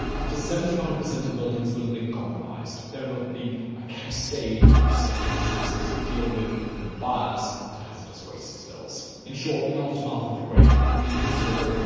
up to seventy five percent of buildings will have been compromised. there will be a cascade of separate disasters to deal with, from fires to hazardous waste spills. in short, the aftermath of the quake will be miserable.